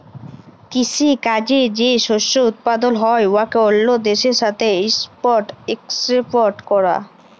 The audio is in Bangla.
কিসি কাজে যে শস্য উৎপাদল হ্যয় উয়াকে অল্য দ্যাশের সাথে ইম্পর্ট এক্সপর্ট ক্যরা